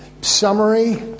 summary